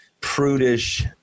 prudish –